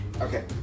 Okay